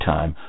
Time